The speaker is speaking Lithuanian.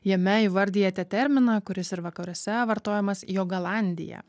jame įvardijate terminą kuris ir vakaruose vartojamas jogalandija